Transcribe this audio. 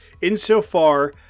insofar